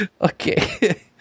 Okay